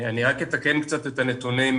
רק אתקן קצת את הנתונים.